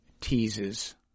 teases